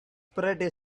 pretty